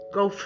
go